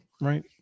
right